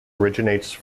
originates